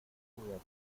juguetes